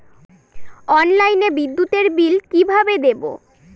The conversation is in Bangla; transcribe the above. অনলাইনে বিদ্যুতের বিল কিভাবে দেব?